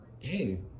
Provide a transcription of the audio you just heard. Hey